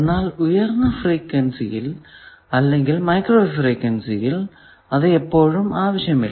എന്നാൽ ഉയർന്ന ഫ്രീക്വെൻസിയിൽ അല്ലെങ്കിൽ മൈക്രോ വേവ് ഫ്രീക്വെൻസിയിൽ അത് എപ്പോഴും ആവശ്യമില്ല